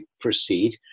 proceed